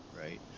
right